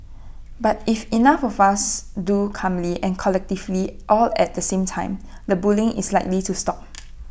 but if enough of us do calmly and collectively all at the same time the bullying is likely to stop